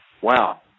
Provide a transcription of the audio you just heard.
Wow